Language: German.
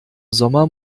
sommer